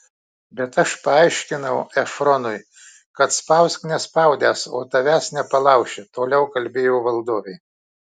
bet aš paaiškinau efronui kad spausk nespaudęs o tavęs nepalauši toliau kalbėjo valdovė